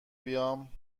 بیام